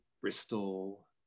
bristol